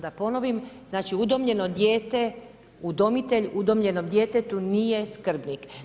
Da ponovim, znači udomljeno dijete udomitelj udomljenom djetetu nije skrbnik.